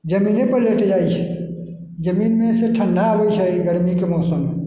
जमीनेपर लेट जाइ छै जमीनमेसँ ठण्डा आबै छै गरमीके मौसममे